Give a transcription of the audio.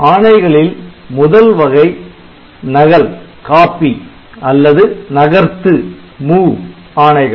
ஆணைகளில் முதல் வகை நகல் அல்லது நகர்த்து ஆணைகள்